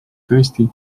tõesti